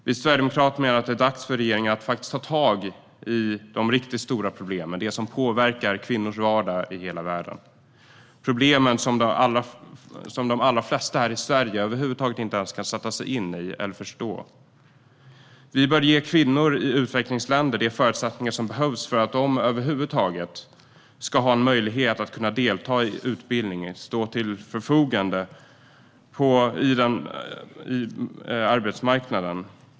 Vi sverigedemokrater menar att det är dags för regeringen att faktiskt ta tag i de riktigt stora problem som påverkar kvinnors vardag i hela världen, problem som de allra flesta här i Sverige över huvud taget inte ens kan sätta sig in i eller förstå. Vi bör ge kvinnor i utvecklingsländer de förutsättningar som behövs för att de över huvud taget ska ha möjlighet att delta i utbildning och stå till arbetsmarknadens förfogande.